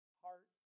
heart